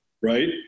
Right